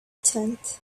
tent